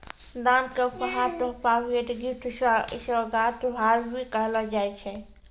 दान क उपहार, तोहफा, भेंट, गिफ्ट, सोगात, भार, भी कहलो जाय छै